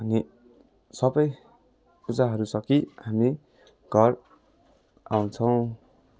अनि सबै पूजाहरू सकी हामी घर आउँछौँ